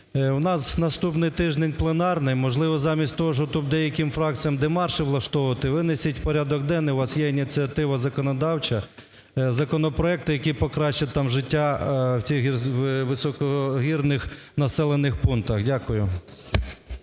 в нас наступний тиждень - пленарний, можливо, замість того, щоб тут деяким фракціям демарші влаштовувати, винесіть в порядок денний, у вас є ініціатива законодавча, законопроекти, які покращать там життя в тих високогірних населених пунктах. Дякую.